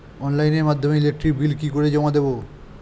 অনলাইনের মাধ্যমে electric bill কি করে জমা দেবো?